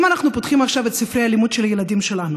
אם אנחנו פותחים עכשיו את ספרי הלימוד של הילדים שלנו,